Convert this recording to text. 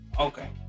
okay